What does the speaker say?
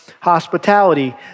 hospitality